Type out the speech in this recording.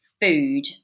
food